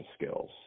skills